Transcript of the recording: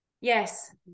Yes